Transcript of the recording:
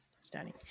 stunning